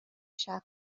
شخص